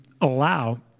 allow